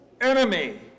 enemy